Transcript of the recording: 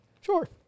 Sure